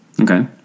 okay